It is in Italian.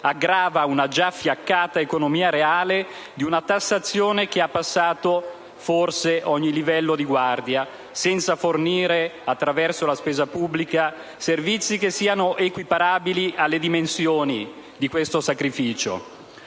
aggrava una già fiaccata economia reale con una tassazione che ha passato forse ogni livello di guardia, senza fornire, attraverso la spesa pubblica, servizi che siano equiparabili alle dimensioni di questo sacrificio.